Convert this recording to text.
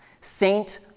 saint